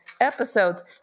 episodes